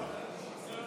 אני שמעתי,